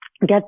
Get